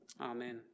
Amen